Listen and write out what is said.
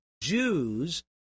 Jews